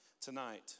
tonight